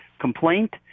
complaint